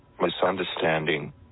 misunderstanding